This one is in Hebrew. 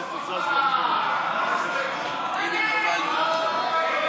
עברה ההסתייגות.